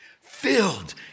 filled